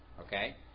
Okay